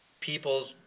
people's